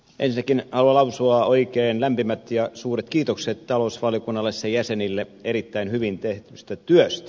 ensinnäkin haluan lausua oikein lämpimät ja suuret kiitokset talousvaliokunnalle sen jäsenille erittäin hyvin tehdystä työstä